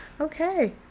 Okay